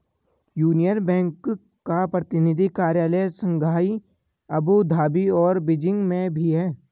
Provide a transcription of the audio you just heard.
union Bank का प्रतिनिधि कार्यालय शंघाई अबू धाबी और बीजिंग में भी है